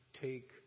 Take